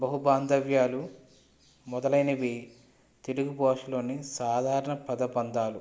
బహు బాంధవ్యాలు మొదలైనవి తెలుగు భాషలోని సాధారణ పదబంధాలు